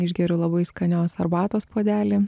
išgeriu labai skanios arbatos puodelį